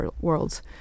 worlds